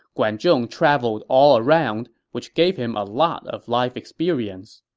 guan zhong traveled all around, which gave him a lot of life experience.